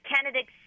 candidates